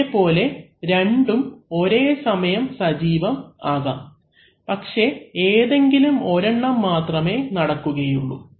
അതേപോലെ രണ്ടും ഒരേ സമയം സജീവം ആകാം പക്ഷേ ഏതെങ്കിലും ഒരെണ്ണം മാത്രമേ നടക്കുകയുള്ളൂ